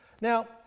Now